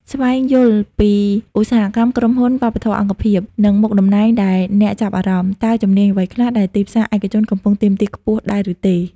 ស្វែងយល់ពីឧស្សាហកម្ម ក្រុមហ៊ុន វប្បធម៌អង្គភាព និងមុខតំណែងដែលអ្នកចាប់អារម្មណ៍ តើជំនាញអ្វីខ្លះដែលទីផ្សារឯកជនកំពុងទាមទារខ្ពស់ដែរឬទេ។